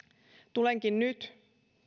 tulenkin nyt